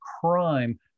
crime